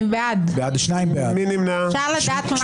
מי נמנע?